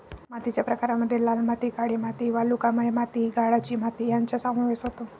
मातीच्या प्रकारांमध्ये लाल माती, काळी माती, वालुकामय माती, गाळाची माती यांचा समावेश होतो